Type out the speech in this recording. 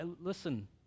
Listen